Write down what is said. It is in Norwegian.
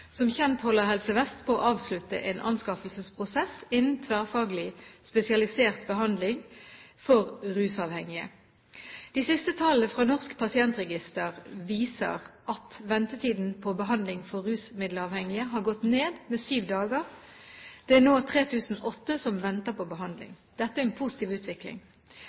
Som kjent holder Helse Vest på å avslutte en anskaffelsesprosess innen tverrfaglig spesialisert behandling for rusmiddelavhengige. De siste tallene fra Norsk pasientregister viser at ventetiden på behandling for rusmiddelavhengige har gått ned med syv dager. Det er nå 3 800 som venter på behandling. Dette er en positiv utvikling.